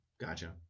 Gotcha